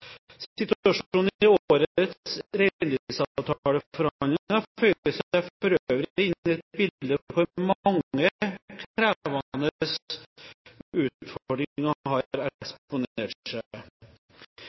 Situasjonen i årets reindriftsavtaleforhandlinger føyer seg for øvrig inn i et bilde